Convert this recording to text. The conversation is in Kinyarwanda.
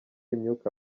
imyuka